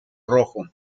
rojo